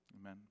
Amen